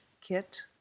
kit